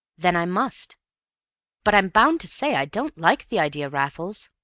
then i must but i'm bound to say i don't like the idea, raffles.